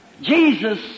Jesus